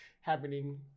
happening